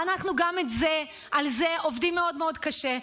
ואנחנו גם על זה עובדים מאוד מאוד קשה,